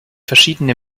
verschiedene